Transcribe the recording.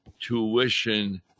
tuition